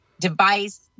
device